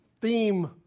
theme